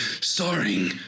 starring